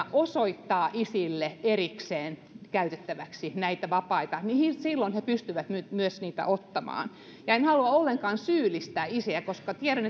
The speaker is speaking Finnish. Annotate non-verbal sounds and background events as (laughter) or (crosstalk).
osoittaa isille erikseen käytettäväksi näitä vapaita silloin he myös pystyvät niitä ottamaan ja en halua ollenkaan syyllistää isiä koska tiedän (unintelligible)